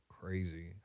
crazy